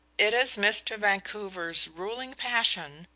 it is mr. vancouver's ruling passion,